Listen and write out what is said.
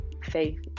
Faith